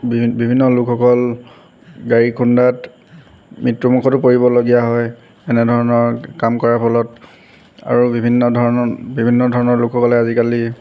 বিভিন্ন লোকসকল গাড়ীৰ খুন্দাত মৃত্যুমুখতো পৰিবলগীয়া হয় এনেধৰণৰ কাম কৰাৰ ফলত আৰু বিভিন্ন ধৰণৰ বিভিন্ন ধৰণৰ লোকসকলে আজিকালি